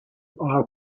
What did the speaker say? are